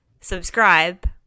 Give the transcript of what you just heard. subscribe